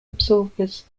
absorbers